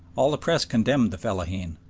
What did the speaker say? all the press condemned the fellaheen,